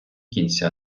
кінця